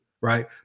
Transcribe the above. Right